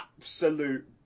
absolute